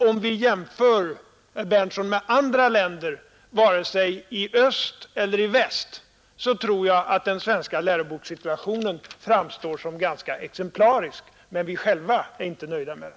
Om vi jämför med andra länder, både i öst och i väst, tror jag att den svenska lärobokssituationen framstår som ganska exemplarisk. Men vi själva är inte nöjda med den.